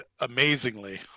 amazingly